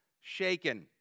shaken